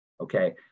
okay